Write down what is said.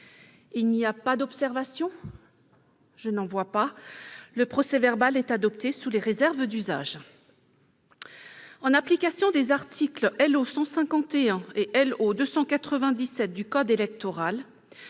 Il n'y a pas d'observation ?... Le procès-verbal est adopté sous les réserves d'usage. En application des articles L.O. 151 et L.O. 297 du code électoral,